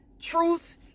Truth